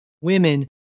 women